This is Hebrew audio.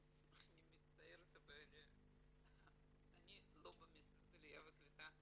אני מצטערת אבל אני לא במשרד העלייה והקליטה היום.